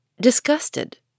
Disgusted